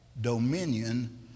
dominion